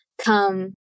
come